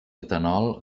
etanol